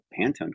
pantone